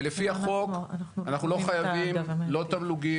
ולפי החוק אנחנו לא חייבים לא תמלוגים,